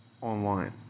online